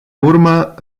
urmă